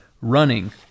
running